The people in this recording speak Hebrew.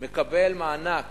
מקבל מענק